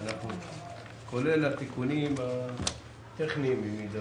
כולל התיקונים הטכניים במידה